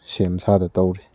ꯁꯦꯝ ꯁꯥꯗꯅ ꯇꯧꯔꯤ